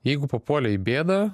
jeigu papuolei į bėdą